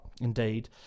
indeed